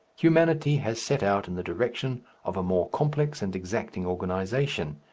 humanity has set out in the direction of a more complex and exacting organization,